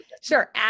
Sure